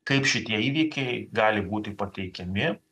kaip šitie įvykiai gali būti pateikiami